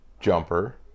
jumper